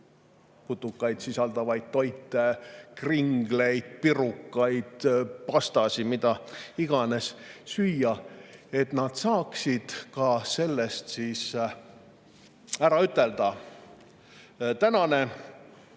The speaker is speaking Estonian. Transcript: putukaid sisaldavaid toite – kringleid, pirukaid, pastasid, mida iganes – süüa, saaksid sellest ära ütelda. Tänane,